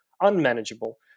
unmanageable